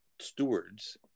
stewards